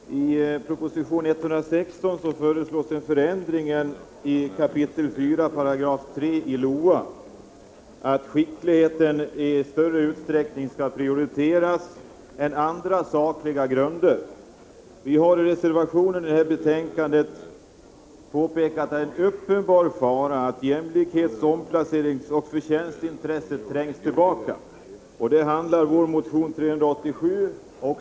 Herr talman! I proposition 116 föreslås en förändring av 4 kap. 3 § i lagen om offentlig anställning innebärande att skicklighet skall prioriteras i större utsträckning än andra sakliga grunder. Vi har i reservation till detta betänkande påpekat att det är en uppenbar fara att jämlikhets-, omplaceringsoch förtjänstintresset trängs tillbaka. Det handlar också vår motion 387 om.